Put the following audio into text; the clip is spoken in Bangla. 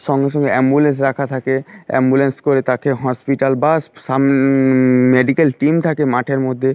সঙ্গে সঙ্গে অ্যাম্বুল্যান্স রাখা থাকে অ্যাম্বুল্যান্স করে তাকে হসপিটাল বা মেডিক্যাল টিম থাকে মাঠের মধ্যে